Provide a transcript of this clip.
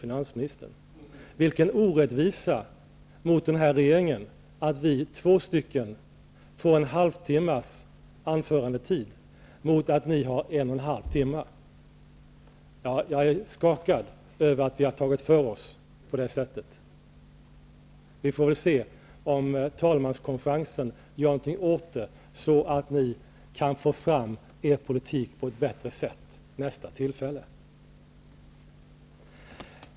finansministern. Vilken orättvisa mot regeringen att vi två stycken får en halvtimmes anförandetid mot att ni har en och en halv timme! Jag är skakad över att vi har tagit för oss på det sättet. Vi får väl se om talmanskonferensen gör någonting åt det, så att ni kan få fram er politik på ett bättre sätt vid nästa tillfälle.